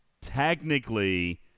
Technically